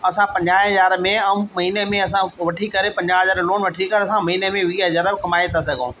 असां पंजाह हज़ार में ऐं महीने में असां वठी करे पंजाह हज़ार लोन वठी करे असां महीने में वीह हज़ार कमाए था सघूं